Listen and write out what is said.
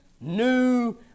new